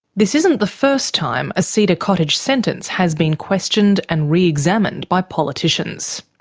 this isn't the first time a cedar cottage sentence has been questioned and re-examined by politicians.